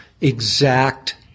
exact